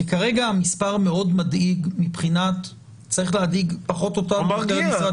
כי כרגע המספר צריך להדאיג --- הוא מרגיע.